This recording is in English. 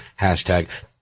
Hashtag